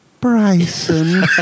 Bryson